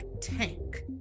Tank